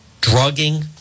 drugging